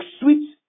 sweet